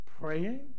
praying